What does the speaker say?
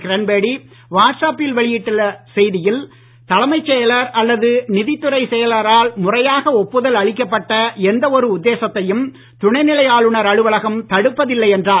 கிரண்பேடி வாட்ஸ்ஆப்பில் வெளியிட்ட செய்தியில் தலைமைச் செயலர் அல்லது நிதித்துறை செயலரால் முறையாக ஒப்புதல் அளிக்கப்பட்ட எந்தவொரு உத்தேசத்தையும் துணைநிலை ஆளுநர் அலுவலகம் தடுப்பதில்லை என்றார்